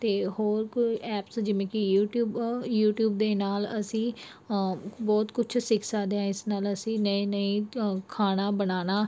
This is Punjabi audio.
ਅਤੇ ਹੋਰ ਕੋਈ ਐਪਸ ਜਿਵੇਂ ਕਿ ਯੂਟੀਊਬ ਯੂਟੀਊਬ ਦੇ ਨਾਲ ਅਸੀਂ ਬਹੁਤ ਕੁਛ ਸਿੱਖ ਸਕਦੇ ਹਾਂ ਇਸ ਨਾਲ ਅਸੀਂ ਨਵੇਂ ਨਵੇਂ ਅ ਖਾਣਾ ਬਣਾਉਣਾ